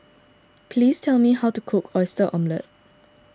please tell me how to cook Oyster Omelette